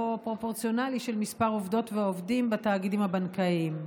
פרופורציונלי של מספר העובדות והעובדים בתאגידים הבנקאיים.